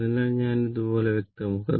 അതിനാൽ ഞാൻ അത് വ്യക്തമാക്കാം